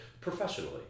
professionally